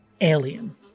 alien